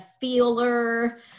feeler